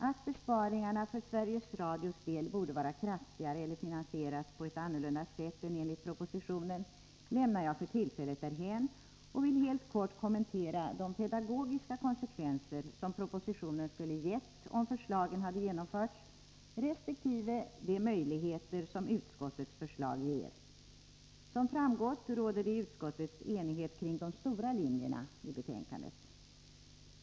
Att besparingarna för Sveriges Radios del borde vara kraftigare eller finansieras på ett annorlunda sätt än enligt propositionen lämnar jag för tillfället därhän och vill helt kort kommentera de pedagogiska konsekvenser som propositionen skulle ha fått om förslaget hade genomförts, resp. de möjligheter som utskottets förslag ger. Det råder såsom framgått i utskottet enighet kring de stora linjerna i betänkandet.